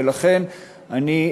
ולכן אני אמנע,